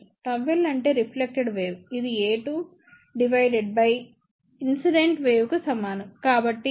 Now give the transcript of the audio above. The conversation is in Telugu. ΓL అంటే రిఫ్లెక్టెడ్ వేవ్ ఇది a2 divided by incident wave కు సమానం